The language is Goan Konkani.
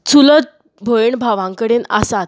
चूलत भयण भावां कडेन आसात